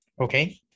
okay